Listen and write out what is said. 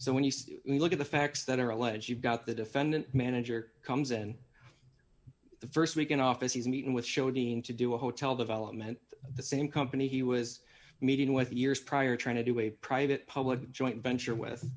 so when you look at the facts that are alleged you've got the defendant manager comes and the st week in office he's meeting with showed being to do a hotel development the same company he was meeting with years prior trying to do a private public joint venture with